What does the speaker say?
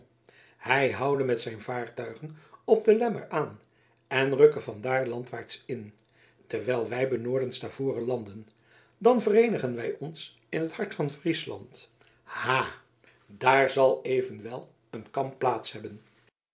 hij houde met zijne vaartuigen op de lemmer aan en rukke vandaar landwaarts in terwijl wij benoorden stavoren landen dan vereenigen wij ons in het hart van friesland ha daar zal evenwel een